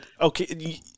okay